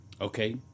Okay